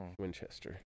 Winchester